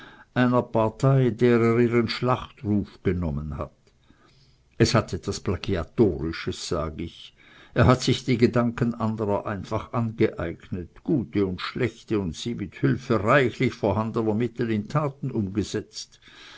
einer partei der er ihren schlachtruf genommen hat er hat etwas plagiatorisches sag ich er hat sich die gedanken anderer einfach angeeignet gute und schlechte und sie mit hilfe reichlich vorhandener mittel in taten umgesetzt